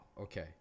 Okay